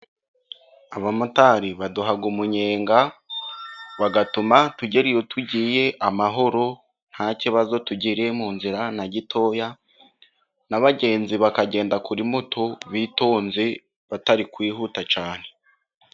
Abamotari baduha umunyenga bagatuma tugerayo tugiye amahoro nta kibazo tugiriye mu nzira na gitoya, n'abagenzi bakagenda kuri moto bitonze, batari kwihuta cyane.